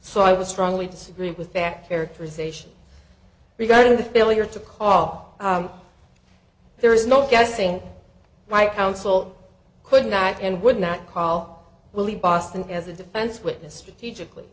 so i would strongly disagree with that characterization regarding the failure to call there is no guessing my counsel could not and would not call willy boston as a defense witness strategically